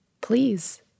please